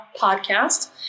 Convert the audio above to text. podcast